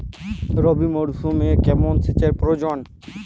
রবি মরশুমে কেমন সেচের প্রয়োজন?